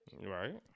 Right